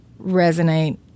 resonate